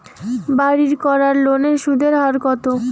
বাড়ির করার লোনের সুদের হার কত?